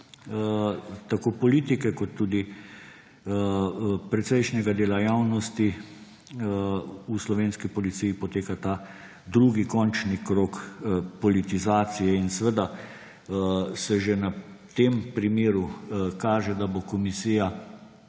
tako politike kot tudi precejšnjega dela javnosti v slovenski policiji poteka ta drugi končni krog politizacije. In seveda se že na tem primeru kaže, da bo komisija